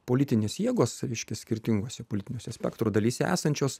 politinės jėgos reiškias skirtingose politiniuose pektro dalyse esančios